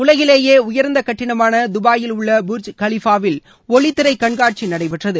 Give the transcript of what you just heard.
உலகிலேயே உயர்ந்த கட்டிடமான துபாயில் உள்ள புர்ஜ் கலிஃபாவில் ஒளித்திரை கண்காட்சி நடைபெற்றது